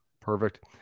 perfect